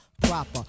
Proper